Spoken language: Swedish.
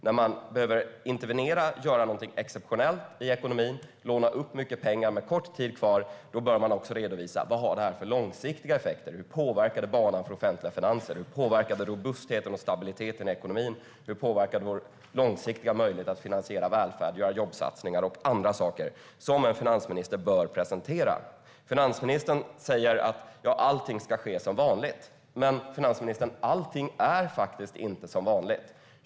När man behöver intervenera, göra något exceptionellt i ekonomin och låna upp mycket pengar med kort tid kvar, då bör man redovisa vad det får för långsiktiga effekter, hur det påverkar banan för offentliga finanser, hur det påverkar robustheten och stabiliteten i ekonomin, hur det påverkar vår långsiktiga möjlighet att finansiera välfärd, göra jobbsatsningar och andra saker som en finansminister bör presentera. Finansministern säger att allting ska ske som vanligt. Men, finansministern, allting är faktiskt inte som vanligt.